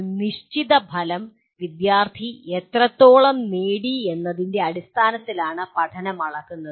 ഒരു നിശ്ചിത ഫലം വിദ്യാർത്ഥി എത്രത്തോളം നേടി എന്നതിന്റെ അടിസ്ഥാനത്തിലാണ് പഠനം അളക്കുന്നത്